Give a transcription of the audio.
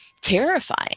terrifying